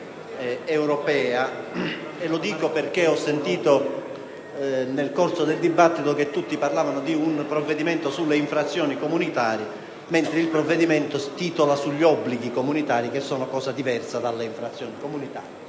Lo dico perché ho sentito nel corso del dibattito che tutti parlavano di un provvedimento sulle infrazioni comunitarie, mentre il provvedimento parla di «obblighi comunitari», che è cosa diversa. Gli obblighi